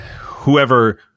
whoever